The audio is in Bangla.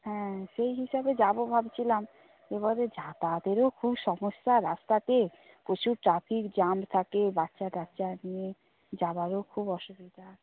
হ্যাঁ সেই হিসাবে যাব ভাবছিলাম এবারে যাতায়াতেরও খুব সমস্যা রাস্তাতে প্রচুর ট্র্যাফিক জ্যাম থাকে বাচ্চা কাচ্চা নিয়ে যাওয়ারও খুব অসুবিধা